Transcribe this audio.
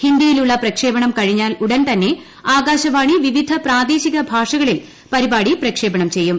ഹിന്ദിയിലുളള പ്രക്ഷേപണം കഴിഞ്ഞാൽ ഉടൻതന്നെ ആകാശവാണി വിവിധ പ്രാദേശിക ഭാഷകളിൽ പരിപാടി പ്രക്ഷേപണം ചെയ്യും